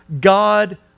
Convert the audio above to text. God